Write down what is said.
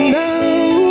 now